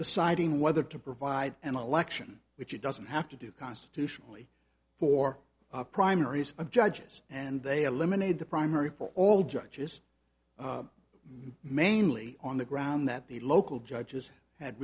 deciding whether to provide an election which it doesn't have to do constitutionally for the primaries of judges and they eliminated the primary for all judges mainly on the ground that the local judges had